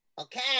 Okay